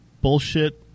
bullshit